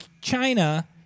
China